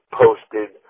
posted